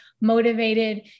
motivated